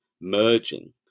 merging